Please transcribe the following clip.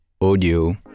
audio